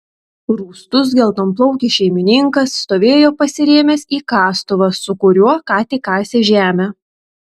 rūstus geltonplaukis šeimininkas stovėjo pasirėmęs į kastuvą su kuriuo ką tik kasė žemę